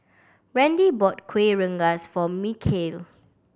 Randy bought Kueh Rengas for Michale